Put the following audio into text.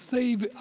Save